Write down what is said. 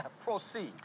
Proceed